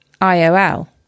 IOL